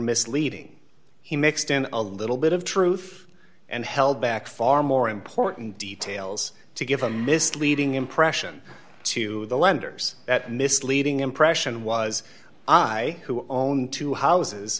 misleading he mixed in a little bit of truth and held back far more important details to give a misleading impression to the lenders that misleading impression was i who own two houses